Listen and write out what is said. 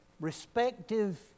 respective